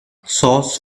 sauce